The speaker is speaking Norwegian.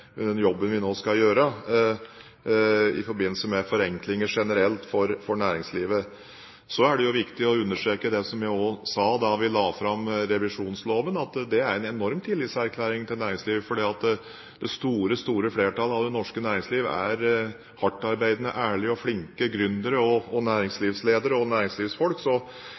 den jobben vi nå skal gjøre når det gjelder forenklinger generelt for næringslivet. Så er det viktig å understreke det som jeg sa da vi la fram revisjonsloven, at det er en enorm tillitserklæring til næringslivet, fordi det store, store flertallet i det norske næringsliv består av hardtarbeidende, ærlige og flinke gründere, næringslivsledere og næringslivsfolk – så